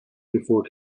before